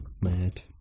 mad